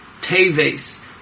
Teves